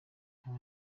nkaba